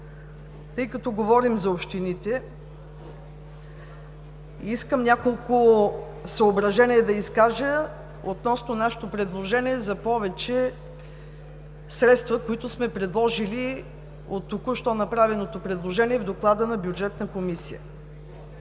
Тъй като говорим за общините, искам да изкажа няколко съображения относно нашето предложение за повече средства, които сме предложили от току-що направеното предложение в доклада на Бюджетната комисия.